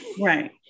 Right